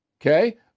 Okay